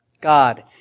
God